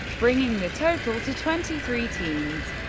bringing the total to twenty three teams.